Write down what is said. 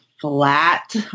flat